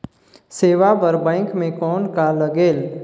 सेवा बर बैंक मे कौन का लगेल?